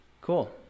Cool